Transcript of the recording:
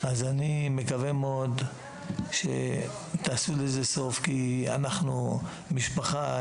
אז אני מקווה מאוד שתעשו לה סוף, כי אנחנו משפחה.